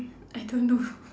I don't know